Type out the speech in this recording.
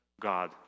God